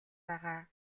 байгаа